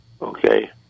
Okay